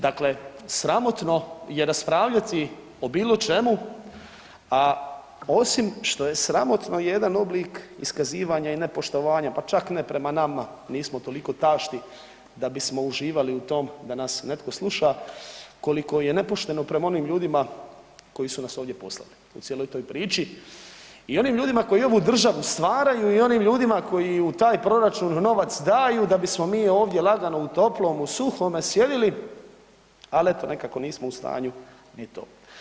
Dakle, sramotno je raspravljati o bilo čemu, a osim što je sramotno i jedan oblik iskazivanja i nepoštovanja pa čak ne prema nama, nismo toliko tašti da bismo uživali u tom da nas netko sluša koliko je nepošteno prema onim ljudima koji su nas ovdje poslali u cijeloj toj priči i onim ljudima koji ovu državu stvaraju i onim ljudima koji u taj proračun novac daju da bismo mi ovdje lagano u toplom, u suhome sjedili, ali eto nekako nismo u stanju ni to.